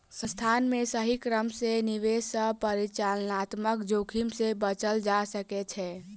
संस्थान के सही क्रम में निवेश सॅ परिचालनात्मक जोखिम से बचल जा सकै छै